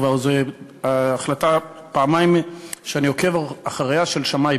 וזאת כבר החלטה שנייה שלו,